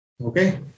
okay